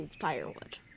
firewood